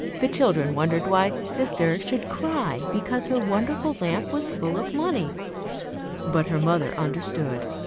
the children wondered why sister should cry because her wonderful lamp was full of money but her mother understood.